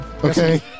Okay